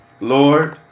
Lord